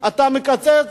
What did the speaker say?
אתה מקצץ